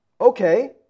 Okay